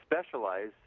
specialize